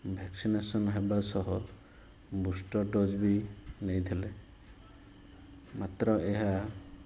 vaccination ହେବା ସହ booster dose ବି ନେଇଥିଲେ ମାତ୍ର ଏହା